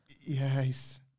Yes